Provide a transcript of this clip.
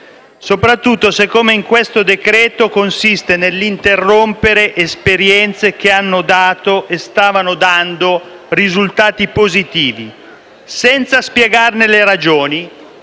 soprattutto se, come in questo provvedimento, consiste nell'interrompere esperienze che hanno dato e stavano dando risultati positivi, senza spiegarne le ragioni